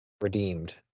redeemed